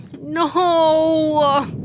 No